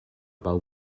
pau